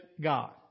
God